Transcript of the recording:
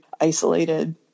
isolated